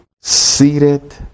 seated